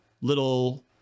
little